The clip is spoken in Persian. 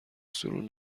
سورون